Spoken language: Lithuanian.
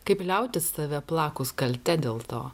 kaip liautis save plakus kalte dėl to